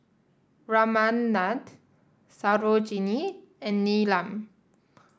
Ramanand Sarojini and Neelam